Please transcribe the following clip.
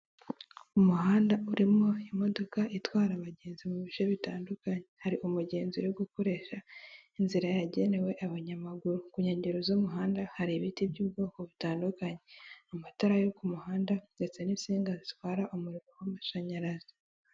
Umuhanda urimo imodoka itwara abagenzi mu bice bitandukanye, hari umugenzi uri gukoresha inzira yagenewe abanyamaguru, ku nkengero z'umuhanda hari ibiti by'ubwoko butandukanye, amatara yo ku muhanda ndetse n'isinga zitwarariro w'amashanyarazi.